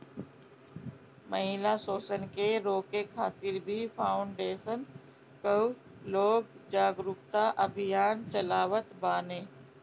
महिला शोषण के रोके खातिर भी फाउंडेशन कअ लोग जागरूकता अभियान चलावत बाने